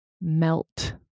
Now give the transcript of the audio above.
melt